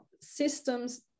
systems